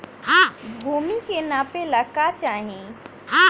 भूमि के नापेला का चाही?